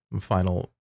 final